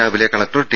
രാവിലെ collector T